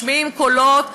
משמיעים קולות שישראל,